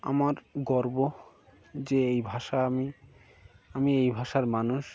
আমার গর্ব যে এই ভাষা আমি আমি এই ভাষার মানুষ